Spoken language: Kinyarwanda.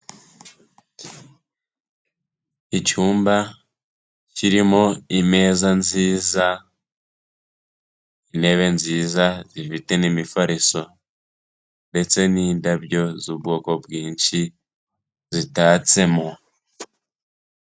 Icyumba kirimo imeza nziza, intebe nziza zifite n'imifariso ndetse n'indabyo z'ubwoko bwinshi zitatsemo.